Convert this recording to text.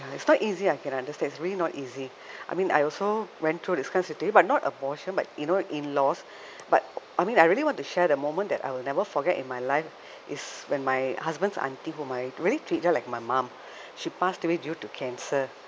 ya it's not easy I can understand it's really not easy I mean I also went through this kind of situation but not abortion but you know in laws but I mean I really want to share the moment that I will never forget in my life is when my husband's aunty whom I really treat her like my mum she passed away due to cancer